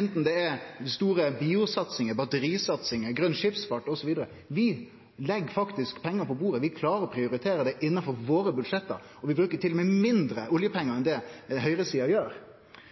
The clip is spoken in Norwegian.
anten det er den store biosatsinga, batterisatsinga, grøn skipsfart, osv. Vi legg faktisk pengar på bordet, vi klarer å prioritere det innanfor våre budsjett, og vi bruker til og med mindre oljepengar enn det høgresida gjer.